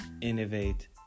innovate